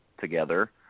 together